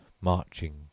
marching